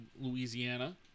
Louisiana